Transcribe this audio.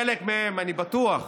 חלק מהם, אני בטוח,